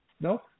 No